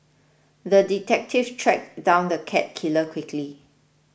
the detective tracked down the cat killer quickly